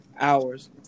hours